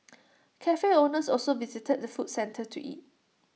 Cafe owners also visit the food centre to eat